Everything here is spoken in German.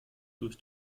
durch